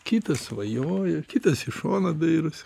kitas svajoja kitas į šoną dairosi